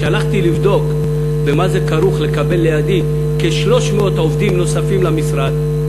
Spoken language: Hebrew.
כשהלכתי לבדוק במה זה כרוך לקבל לידי כ-300 עובדים נוספים למשרד,